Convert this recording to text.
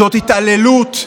זאת התעללות,